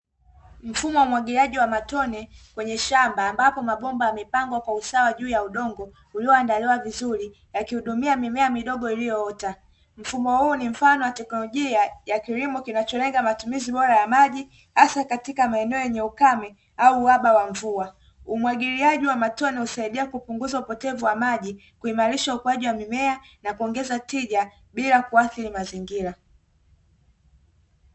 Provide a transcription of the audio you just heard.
Mfumo wa umwagiliaji wa matone kwenye shamba ambapo mabomba yamepangwa kwa usawa juu ya udongo ulioandaliwa vizuri yakihudumia mimea midogo iliyoota ;mfumo huu ni mfano wa teknolojia ya kilimo kinacholenga matumizi bora ya maji hasa katika maeneo yenye ukame au uhaba wa mvua umwagiliaji wa matoa na usaidia kupunguza upotevu wa maji kuimarisha ukuaji wa mimea na kuongeza tija bila kuathiri mazingira.